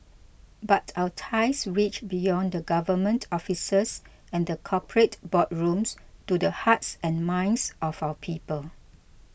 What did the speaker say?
but our ties reach beyond the government offices and the corporate boardrooms to the hearts and minds of our people